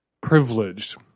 privileged